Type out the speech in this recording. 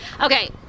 Okay